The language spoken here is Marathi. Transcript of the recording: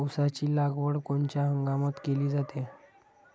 ऊसाची लागवड कोनच्या हंगामात केली जाते?